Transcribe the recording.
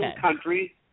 Country